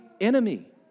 enemy